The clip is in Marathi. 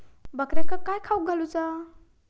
बकऱ्यांका काय खावक घालूचा?